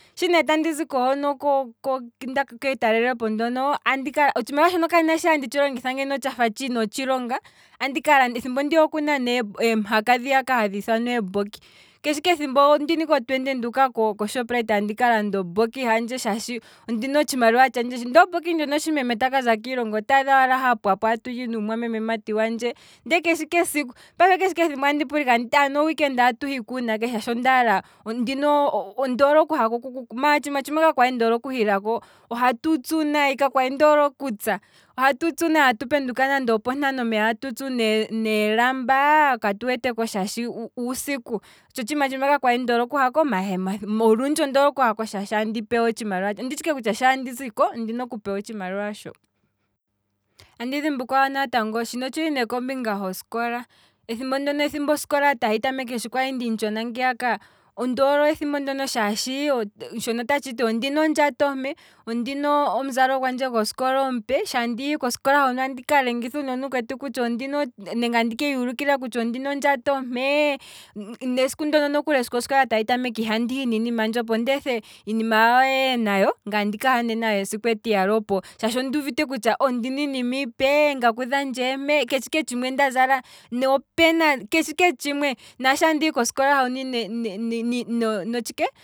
Shi ne tandi zuko hono ko- ko- ketalelepo hono, otshimaliwa shono kandina sho handi tshilo ngitha tshafa tshina otshilonga, thimbo ndono okuna ne omihaka dhiya hadhi ithanwa eebokki, keshe ike ethimbo ondina ike otwenty handje nduuka koshopprite andika landa o bokki handje, shaashi ondina otshimaliwa tshandje, ndee obokki ndjono shi ngaa meme taka za kiilonga otaadha wala ha pwapo atuli nuumwameme mati wandje, ndeeke she ike seiku, ndele keshe ike esiku andi pula ike anditi nde ano oweekend atu hiko uunake shaashi ondaala, ondina oku hako kuku, maala otshiima tshimwe shono ka kwali ndoole oku hilako. ohatu tsu nayi, ka kwali ndoole okutsa, ohatu tsu ne atu penduka nande opontano mpeya atutsu neelamba, katu weteko shaashi uusiku, otsho otshiima tshimwe ka kwali ndoole okuhako, maala olundji onddole oku hako shaashi andi pewa otshimaliwa tshandje, onditshi ike kutya shaandi ziko. ondina oku pewa otshimaliwa sho, andi dhimbulukwa wo natango, shino otshili ne kombinga hosikola, ethimbo ndono osikola sho tahi tameke sho kwali ndimu tshona ngiya ka, ondoole ethimbo ndiya ka shaashi, shono otatshiti ondina ondjato ompe, ondina omuzalo gwandje gosikola omupe, sho tehi kosikola hono andika lengitha uunona uukwetu kutya nenge andike yuulukila kutya ondina ondjato ompe, seku nokuli osikola opo tahi tameke ihandihi niinima yandje iipe, ohandi etha iinima yawo yeye nayo, ngaye andika ha nee nayo esiku etiyali opo, shaashi onduuvite kutya ondina iinima ipe, eengaku dhandje eempe, keshe ike tshimwe ndazala, nopena keshe ike tshimwe, naashi andihi kosikola hono notshike